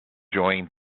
joined